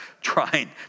trying